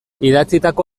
idatzitako